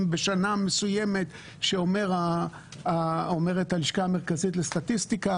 בשנה מסוימת שאומרת הלשכה המרכזית לסטטיסטיקה,